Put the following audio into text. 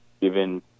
given